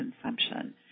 consumption